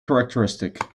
characteristic